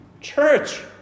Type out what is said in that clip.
Church